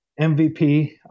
MVP